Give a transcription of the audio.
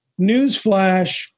newsflash